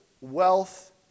wealth